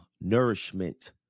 nourishment